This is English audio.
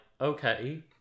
okay